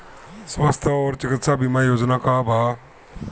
स्वस्थ और चिकित्सा बीमा योजना का बा?